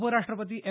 उपराष्ट्रपती एम